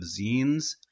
zines